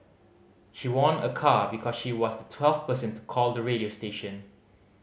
she won a car because she was the twelfth person to call the radio station